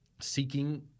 Seeking